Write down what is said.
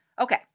Okay